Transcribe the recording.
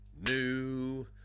new